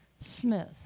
Smith